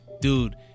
Dude